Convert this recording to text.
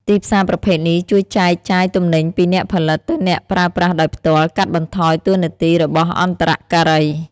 ទីផ្សារប្រភេទនេះជួយចែកចាយទំនិញពីអ្នកផលិតទៅអ្នកប្រើប្រាស់ដោយផ្ទាល់ កាត់បន្ថយតួនាទីរបស់អន្តរការី។